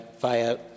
via